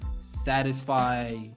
satisfy